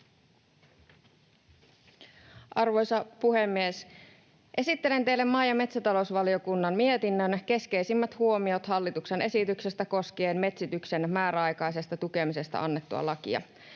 Arvoisa puhemies! Esittelen teille maa- ja metsätalousvaliokunnan mietinnön keskeisimmät huomiot hallituksen esityksestä koskien metsityksen määräaikaisesta tukemisesta annettua lakia.